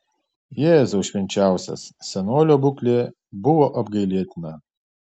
jėzau švenčiausias senolio būklė buvo apgailėtina